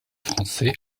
français